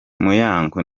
muyango